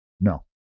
No